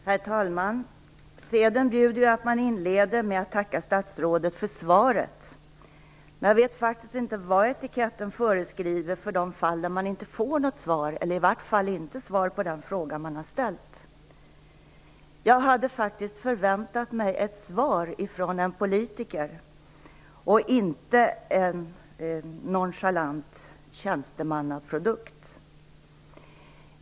Herr talman! Seden bjuder att man inleder med att tacka statsrådet för svaret. Men jag vet inte vad etiketten föreskriver för de fall där man inte får något svar eller i varje fall inte svar på den fråga man har ställt. Jag hade faktiskt förväntat mig ett svar från en politiker och inte en nonchalant tjänstemannaprodukt.